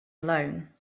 alone